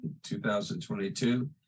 2022